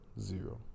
zero